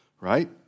right